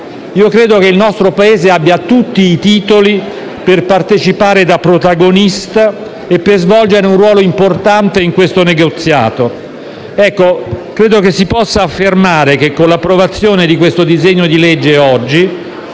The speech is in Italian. Credo che il nostro Paese abbia tutti i titoli per partecipare da protagonista e per svolgere un ruolo importante in questo negoziato. Credo che si possa affermare che, con l'approvazione del disegno di legge in